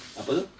apa